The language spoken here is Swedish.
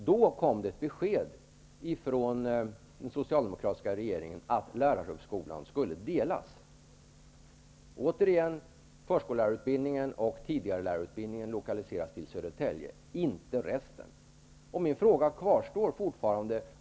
Då kom det besked från den socialdemkratiska regeringen att utbildningen vid lärarhögskolan skulle delas upp. Återigen skulle förskollärarutbildningen och lärarutbildningen för årskuserna 1--7 lokaliseras till Södertälje -- men inte resterande utbildning.